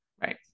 Right